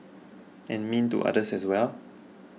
and mean to others as well